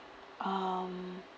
um